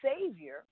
Savior